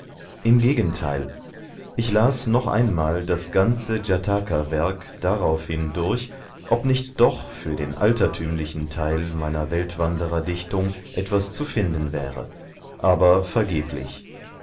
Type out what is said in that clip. im gegenteil ich las noch einmal das ganze jatakawerk daraufhin durch ob nicht doch für den altertümlichen teil meiner weltwandererdichtung etwas zu finden wäre aber vergeblich